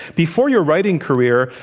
before your writing career,